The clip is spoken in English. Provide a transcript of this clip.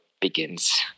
begins